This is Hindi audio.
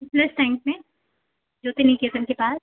ज्योति निकेतन के पास